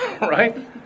right